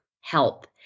help